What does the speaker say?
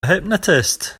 hypnotist